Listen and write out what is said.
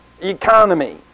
economy